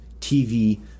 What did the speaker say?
TV